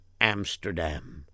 Amsterdam